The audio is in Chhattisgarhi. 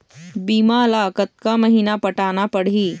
बीमा ला कतका महीना पटाना पड़ही?